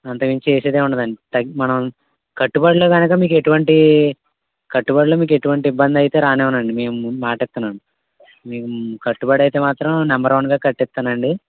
అంతకుమించి చేసేదేముండదండి మనం కట్టుబడిలో గనక మీకు ఎటువంటి కట్టుబడిలో మీకు ఎటువంటి ఇబ్బంది రానివ్వనండి మేం మాట ఇత్తున్నాను మేం కట్టుబడి అయితే మాత్రం నెంబర్ వన్ గా కట్టిస్తానండి